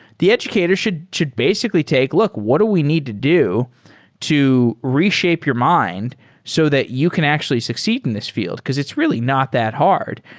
the educator should should basically take, look, what do we need to do to reshape your mind so that you can actually succeed in this field, because it's really not that hard.